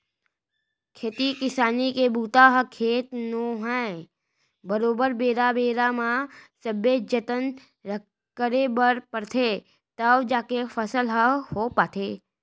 खेती किसानी के बूता ह खेत नो है बरोबर बेरा बेरा म सबे जतन करे बर परथे तव जाके फसल ह हो पाथे